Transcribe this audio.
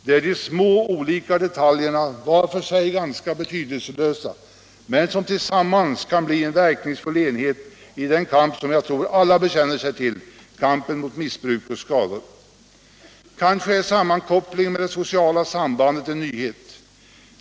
Det är de små olika detaljerna, var för sig ganska betydelselösa, som tillsammans skall kunna bli en verkningsfull enhet i den kamp som jag tror alla bekänner sig till, kampen mot missbruk och skador. Kanske är sammankopplingen med det sociala sambandet en nyhet.